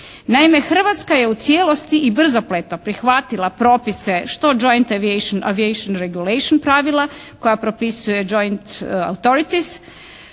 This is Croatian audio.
Naime Hrvatska je u cijelosti i brzopleto prihvatila propise što «Joint aviation regulation» pravila koja propisuje «Joint autorithies»